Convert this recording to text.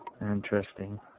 Interesting